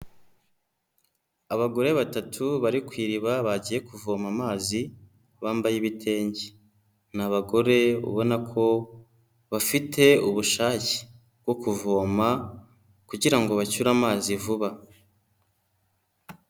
Abagore batatu bari ku iriba bagiye kuvoma amazi, bambaye ibitenge. Ni abagore ubona ko bafite ubushake bwo kuvoma kugira ngo bacyure amazi vuba.